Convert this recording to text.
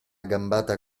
gambata